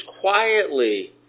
quietly